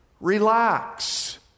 relax